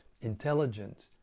intelligence